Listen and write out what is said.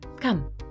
Come